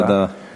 תודה.